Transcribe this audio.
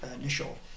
initial